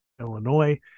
Illinois